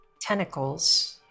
tentacles